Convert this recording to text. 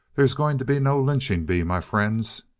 there's going to be no lynching bee, my friends!